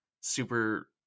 super